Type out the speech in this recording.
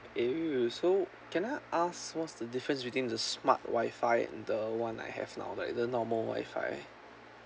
!eww! so can I ask what's the difference between the smart WI-FI and the one I have now like you know normal WI-FI